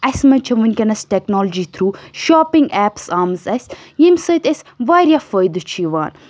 اَسہِ منٛز چھِ وُنکٮ۪نَس ٹیٚکنالجی تھرٛوٗ شاپِنٛگ ایپٕس آمٕژ اَسہِ ییٚمہِ سۭتۍ اَسہِ واریاہ فٲیدٕ چھُ یِوان